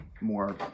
more